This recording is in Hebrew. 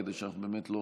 כדי שאנחנו באמת לא